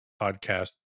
podcast